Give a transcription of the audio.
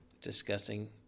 discussing